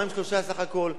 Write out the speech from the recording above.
יומיים-שלושה בסך הכול.